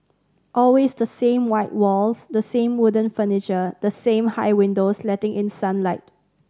always the same white walls the same wooden furniture the same high windows letting in sunlight